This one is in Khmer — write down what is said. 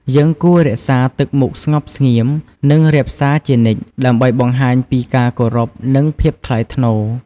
យើងគួររក្សាទឹកមុខស្ងប់ស្ងៀម និង រាបសារជានិច្ច ដើម្បីបង្ហាញពីការគោរព និង ភាពថ្លៃថ្នូរ។